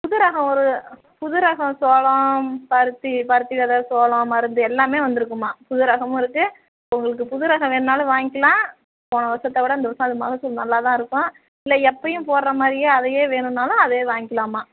புது ரகம் ஒரு புது ரகம் சோளம் பருத்தி பருத்தி வெதை சோளம் மருந்து எல்லாமே வந்துருக்குதும்மா புது ரகமும் இருக்குது உங்களுக்கு புது ரகம் வேணாலும் வாங்கிக்கிலாம் போன வருடத்த விட இந்த வருடம் அது மகசூல் நல்லா தான் இருக்கும் இல்லை எப்போயும் போடுற மாதிரியே அதையே வேணுன்னாலும் அதையே வாங்கிக்கலாம்மா